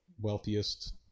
wealthiest